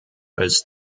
als